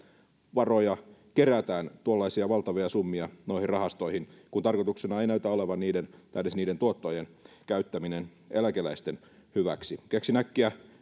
varoja kerätään tuollaisia valtavia summia noihin rahastoihin kun tarkoituksena ei näytä olevan niiden tai edes niiden tuottojen käyttäminen eläkeläisten hyväksi keksin äkkiä